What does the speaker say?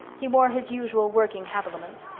he wore his usual working habiliments,